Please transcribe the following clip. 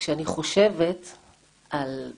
אנחנו בעצם מרכזים